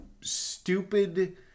stupid